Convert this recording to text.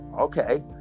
okay